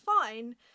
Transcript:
fine